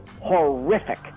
horrific